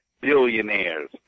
billionaires